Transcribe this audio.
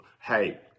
hey